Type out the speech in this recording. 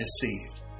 deceived